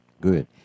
good